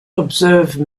observe